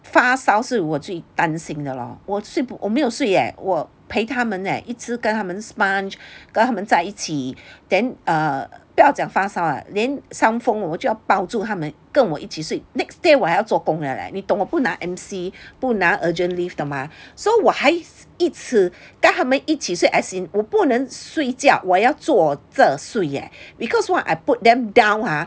发烧是我最担心的 lor 我睡不我没有睡了我陪他们呢一直跟他们 sponge 跟他们在一起 then err 不要讲发烧连伤风我就要抱住他们跟我一起睡 next day 我还要做工的 leh 你懂我不拿 M_C 不拿 urgent leave 的吗 so 我还一直带他们一起睡 as in 我不能睡觉我要坐着睡 because what I put them down ah